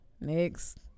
next